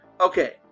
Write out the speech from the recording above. Okay